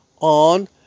on